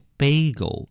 bagel